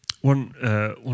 One